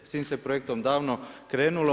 S tim se projektom davno krenulo.